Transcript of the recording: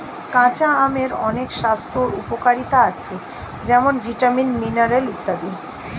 কাঁচা আমের অনেক স্বাস্থ্য উপকারিতা আছে যেমন ভিটামিন, মিনারেল ইত্যাদি